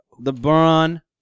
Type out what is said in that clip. LeBron